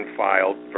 filed